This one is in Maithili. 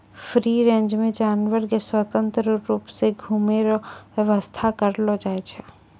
फ्री रेंज मे जानवर के स्वतंत्र रुप से घुमै रो व्याबस्था करलो जाय छै